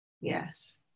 Yes